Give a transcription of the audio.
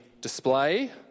display